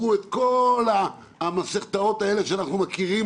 עד שיעברו את כל המסכתאות שאנחנו מכירים